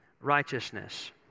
righteousness